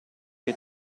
che